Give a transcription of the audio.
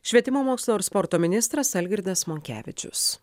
švietimo mokslo ir sporto ministras algirdas monkevičius